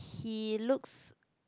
he looks